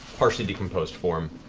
partially-decomposed form.